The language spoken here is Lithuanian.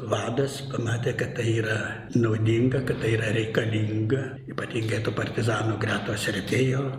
vadas pamatė kad tai yra naudinga kad tai yra reikalinga ypatingai tų partizanų gretos retėjo